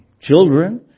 children